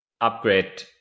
upgrade